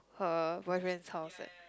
her boyfriend's house leh